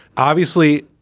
obviously,